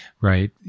right